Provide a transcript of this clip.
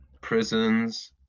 prisons